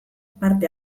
parte